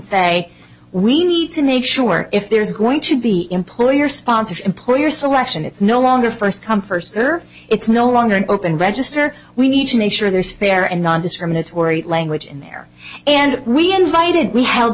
say we need to make sure if there's going to be employer sponsored employer selection it's no longer first come first or it's no longer an open register we need to make sure there's fair and nondiscriminatory language in there and we invited we held